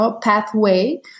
pathway